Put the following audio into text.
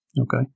Okay